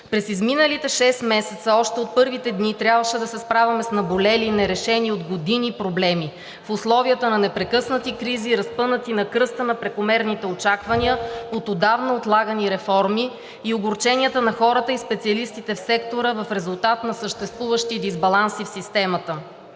През изминалите шест месеца още от първите дни трябваше да се справяме с наболели, нерешени от години проблеми в условията на непрекъснати кризи, разпънати на кръста на прекомерните очаквания от отдавна отлагани реформи и огорченията на хората и специалистите в сектора в резултат на съществуващи дисбаланси в системата.